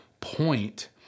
point